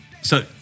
So-